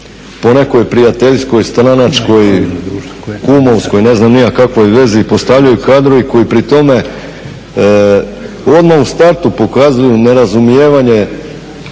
po nekoj prijateljskoj, stranačkoj, kumovskoj, ne znam ni ja kakvoj vezi, postavljaju kadrovi koji pri tome odmah u startu pokazuju nerazumijevanje